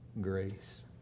grace